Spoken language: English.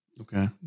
Okay